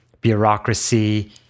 bureaucracy